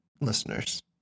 listeners